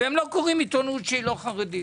ולא קוראים עיתונות שאינה חרדית